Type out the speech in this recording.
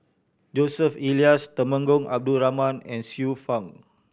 Joseph Elias Temenggong Abdul Rahman and Xiu Fang